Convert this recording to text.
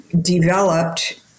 developed